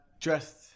dressed